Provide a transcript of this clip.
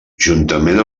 juntament